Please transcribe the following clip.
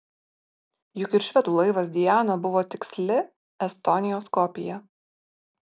juk ir švedų laivas diana buvo tiksli estonijos kopija